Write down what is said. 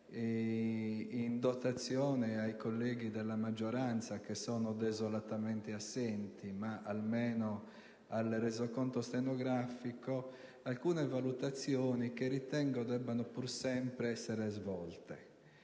non ai colleghi della maggioranza, che sono desolatamente assenti, ma almeno al Resoconto stenografico, alcune valutazioni che ritengo debbano pur sempre essere svolte.